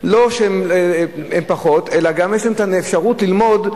יש להם אפשרות ללמוד,